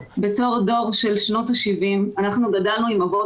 בתור דור של שנות ה-70 אנחנו גדלנו עם אבות